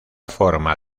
forma